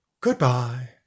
Goodbye